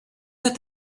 that